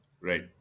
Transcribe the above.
Right